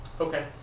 Okay